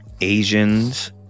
Asians